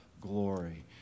glory